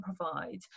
provide